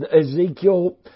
Ezekiel